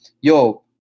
yo